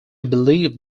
believed